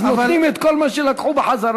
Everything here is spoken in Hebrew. אז נותנים את כל מה שלקחו בחזרה?